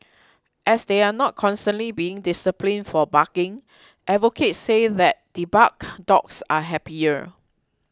as they are not constantly being disciplined for barking advocates say that debarked dogs are happier